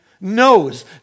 knows